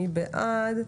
מי בעד?